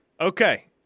Okay